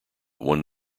one